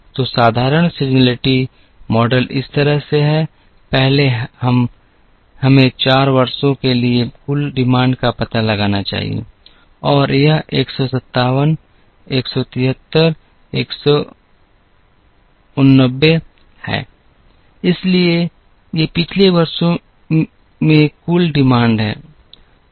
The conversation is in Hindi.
तो साधारण सीज़नलिटी मॉडल इस तरह है पहले हमें 4 वर्षों के लिए कुल मांग का पता लगाना चाहिए और यह 157 173 189 है इसलिए ये पिछले वर्षों में कुल मांग हैं